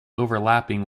overlapping